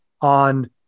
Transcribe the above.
on